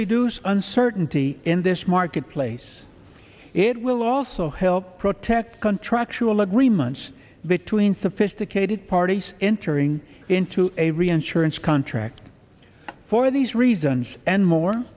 reduce uncertainty in this marketplace it will also help protect contractual agreements between sophisticated parties entering into a reinsurance contract for these reasons and more